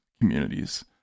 communities